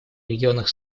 районах